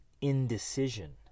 indecision